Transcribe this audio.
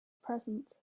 present